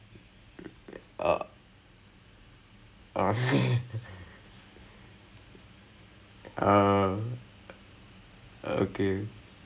but அது:athu explanation தெரியில்லே:theriyillae obviously but at least answer கிடைச்சா கொஞ்சம்:kidaicha koncham mark வரும் லே அந்த மாதிரியே பண்ணி பண்ணி:varum le antha maathiriye panni panni I just did physics the whole time